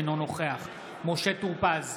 אינו נוכח משה טור פז,